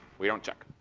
we don't check.